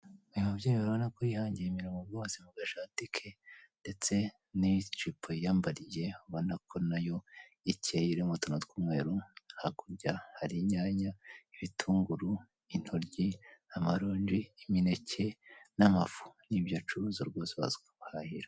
Uyu mubyeyi ubona ko yihangiye umurimo rwose ku gashati ke ndetse n'ijipo yiyambariye ubona ko nayo ikeye irimo utuntu tw'umweru hakurya hari inyanya, ibitunguru, intoryi, amaronji, imineke n'amafu n'ibyo rwose acuruza waza ukamuhahira.